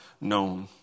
known